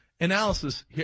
analysis